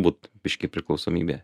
būt biškį priklausomybė